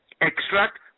Extract